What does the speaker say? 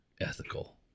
ethical